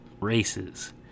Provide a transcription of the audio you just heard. races